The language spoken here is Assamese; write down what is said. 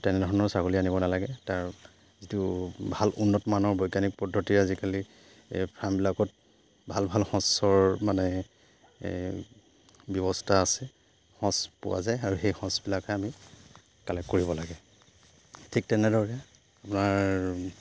তেনেধৰণৰ ছাগলী আনিব নালাগে তাৰ যিটো ভাল উন্নত মানৰ বৈজ্ঞানিক পদ্ধতিৰে আজিকালি ফাৰ্মবিলাকত ভাল ভাল সঁচৰ মানে ব্যৱস্থা আছে সঁচ পোৱা যায় আৰু সেই সঁচবিলাকে আমি কালেক্ট কৰিব লাগে ঠিক তেনেদৰে আপোনাৰ